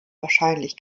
wahrscheinlich